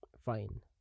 fine